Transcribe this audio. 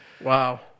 Wow